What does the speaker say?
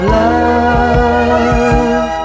love